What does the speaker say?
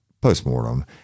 post-mortem